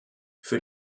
für